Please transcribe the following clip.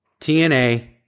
TNA